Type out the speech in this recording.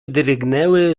drgnęły